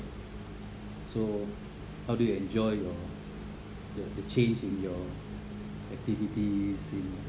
so how do you enjoy your the the change in your activity sin~